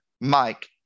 Mike